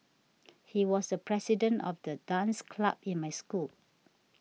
he was the president of the dance club in my school